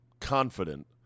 confident